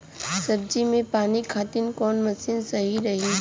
सब्जी में पानी खातिन कवन मशीन सही रही?